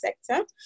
sector